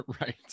Right